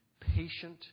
patient